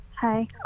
Hi